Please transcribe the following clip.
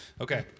Okay